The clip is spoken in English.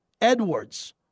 Edwards